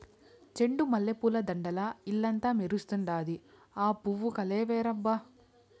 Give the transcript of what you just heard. చెండు మల్లె పూల దండల్ల ఇల్లంతా మెరుస్తండాది, ఆ పూవు కలే వేరబ్బా